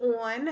on